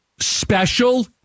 special